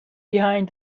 behind